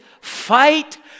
fight